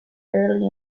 early